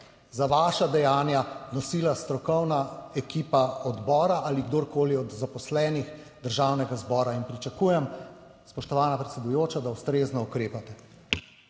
za vaša dejanja nosila strokovna ekipa odbora ali kdorkoli od zaposlenih Državnega zbora in pričakujem, spoštovana predsedujoča, da ustrezno ukrepate.